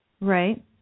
Right